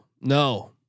no